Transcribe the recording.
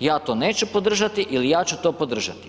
ja to neću podržati ili ja ću to podržati.